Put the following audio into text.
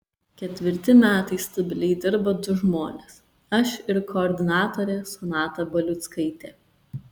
ketvirti metai stabiliai dirba du žmonės aš ir koordinatorė sonata baliuckaitė